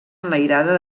enlairada